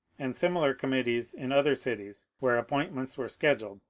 and similar committees in other cities where appointments were scheduled,